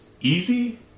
easy